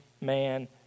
man